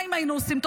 אם היינו עושים מה?